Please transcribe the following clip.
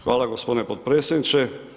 Hvala gospodine potpredsjedniče.